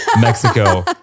Mexico